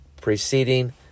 preceding